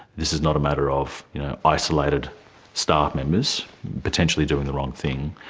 this is not a matter of isolated staff members potentially doing the wrong thing.